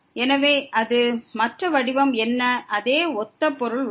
எனவே அது மற்ற வடிவம் என்ன அதே ஒத்த பொருள் உள்ளது